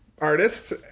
artist